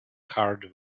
hard